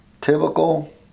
typical